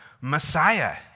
Messiah